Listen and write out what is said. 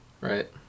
Right